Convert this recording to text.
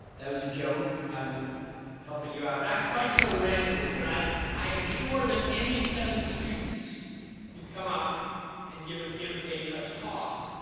that was a joke. i'm helping you out. not quite so randomly, but i i am sure that any seven students could come up and give give a a talk,